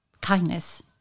kindness